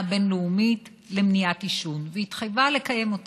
הבין-לאומית למניעת עישון והתחייבה לקיים אותה.